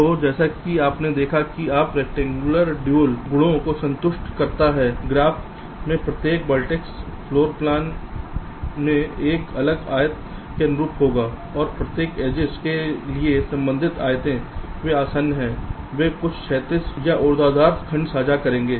तो जैसा कि आपने देखा है कि ग्राफ़ रैक्टेंगुलर ड्यूल गुणों को संतुष्ट करता है ग्राफ़ में प्रत्येक वर्टेक्स फ्लोर प्लान में एक अलग आयत के अनुरूप होगा और प्रत्येक एजिस के लिए संबंधित आयतें वे आसन्न हैं वे कुछ क्षैतिज या ऊर्ध्वाधर खंड साझा करेंगे